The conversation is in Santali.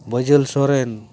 ᱵᱟᱹᱡᱟᱹᱞ ᱥᱚᱨᱮᱱ